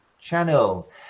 channel